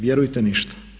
Vjerujte, ništa.